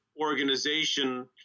organization